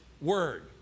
word